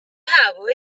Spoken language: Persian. هوای